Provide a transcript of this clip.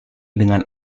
dengan